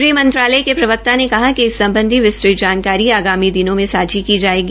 गृहमंत्रालय के प्रवक्ता ने कहा कि इस सम्बधी विस्तृत जानकारी आगामी दिनों में सांझी की जायेगी